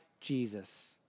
Jesus